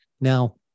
Now